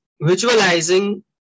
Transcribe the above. visualizing